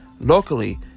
Locally